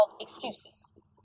excuses